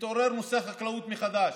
מתעורר נושא החקלאות מחדש,